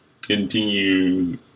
continue